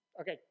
Okay